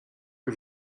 que